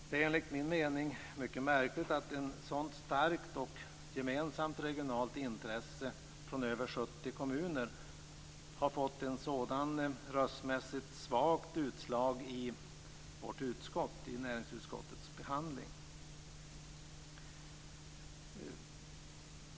Det är enligt min mening mycket märkligt att ett så starkt och gemensamt regionalt intresse från över 70 kommuner har fått ett så röstmässigt svagt utslag i näringsutskottets behandling.